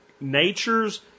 nature's